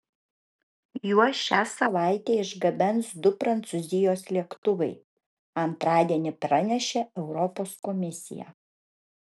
juos šią savaitę išgabens du prancūzijos lėktuvai antradienį pranešė europos komisija